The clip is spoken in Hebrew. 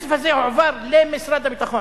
והכסף הזה הועבר למשרד הביטחון.